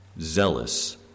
zealous